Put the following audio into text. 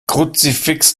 kruzifix